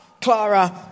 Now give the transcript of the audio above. Clara